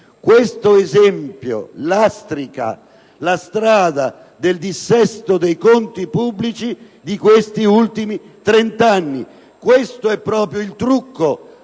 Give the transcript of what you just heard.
Questo esempio lastrica la strada del dissesto dei conti pubblici di questi ultimi trent'anni. Questo è proprio il trucco